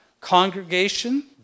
congregation